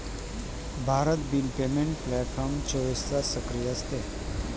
Bharat bill payment platform चोवीस तास सक्रिय असते